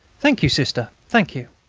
thank you. sister, thank you.